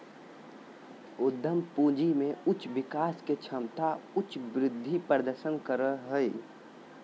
उद्यम पूंजी में उच्च विकास के क्षमता उच्च वृद्धि प्रदर्शन करो हइ